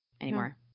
anymore